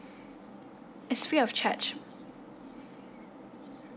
it's free of charge